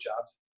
jobs